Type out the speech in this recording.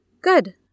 Good